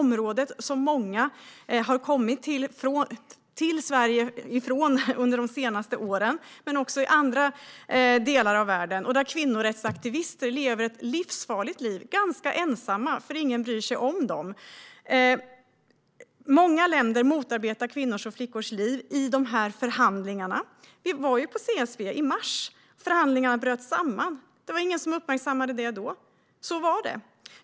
Många har kommit till Sverige från dessa områden under de senaste åren, men det handlar också om andra delar av världen där kvinnorättsaktivister lever ett livsfarligt liv, ganska ensamma, för ingen bryr sig om dem. Många länder motarbetar kvinnors och flickors liv i de här förhandlingarna. Det var ju på CSW i mars som förhandlingarna bröt samman. Det var ingen som uppmärksammade det då, men så var det.